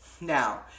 Now